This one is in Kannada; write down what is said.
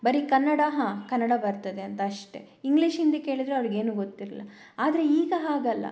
ಬರಿ ಕನ್ನಡ ಹಾಂ ಕನ್ನಡ ಬರ್ತದೆ ಅಂತ ಅಷ್ಟೇ ಇಂಗ್ಲಿಷ್ ಹಿಂದಿ ಕೇಳಿದರೆ ಅವರಿಗೆ ಏನು ಗೊತ್ತಿರಲಿಲ್ಲ ಆದರೆ ಈಗ ಹಾಗಲ್ಲ